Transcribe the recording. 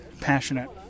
passionate